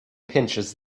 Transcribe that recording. pinches